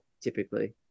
typically